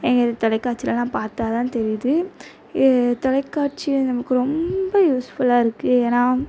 எங்கள் தொலைக்காட்சிலலாம் பார்த்தா தான் தெரியுது தொலைக்காட்சியை நமக்கு ரொம்ப யூஸ்ஃபுல்லாக இருக்குது ஏன்னா